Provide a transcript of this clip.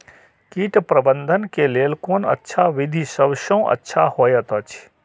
कीट प्रबंधन के लेल कोन अच्छा विधि सबसँ अच्छा होयत अछि?